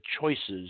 choices